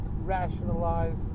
rationalize